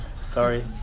Sorry